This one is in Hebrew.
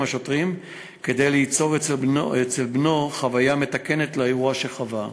השוטרים כדי ליצור אצל בנו חוויה מתקנת לאירוע שחווה.